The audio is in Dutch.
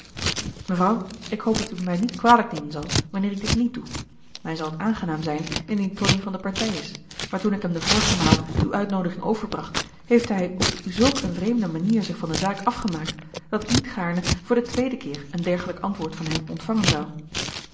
mevrouw ik hoop dat u t mij niet kwalijk nemen zal wanneer ik dit niet doe mij zal t aangenaam zijn indien tonie van de partij is maar toen ik hem de vorige maal uw uitnoodiging overbracht heeft hij op zulk een vreemde manier zich van de zaak afgemaakt dat ik niet gaarne voor den tweeden keer een dergelijk antwoord van hem ontvangen zou